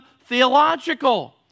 theological